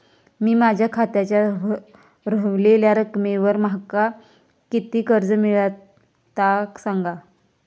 मी माझ्या खात्याच्या ऱ्हवलेल्या रकमेवर माका किती कर्ज मिळात ता सांगा?